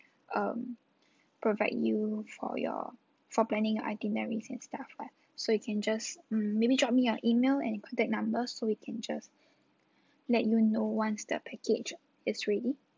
um provide you for your for planning itineraries and stuff lah so you can just maybe drop me your email and contact number so we can just let you know once the package is ready